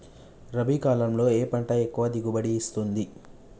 రబీ కాలంలో ఏ పంట ఎక్కువ దిగుబడి ఇస్తుంది?